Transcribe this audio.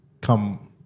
come